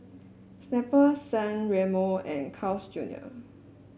Snapple San Remo and Carl's Junior